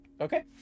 Okay